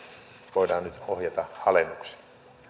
voidaan nyt ohjata alennukseen